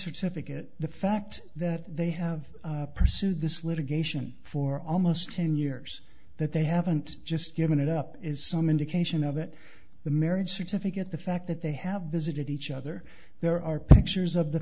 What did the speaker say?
certificate the fact that they have pursued this litigation for almost ten years that they haven't just given it up is some indication of it the marriage certificate the fact that they have visited each other there are pictures of the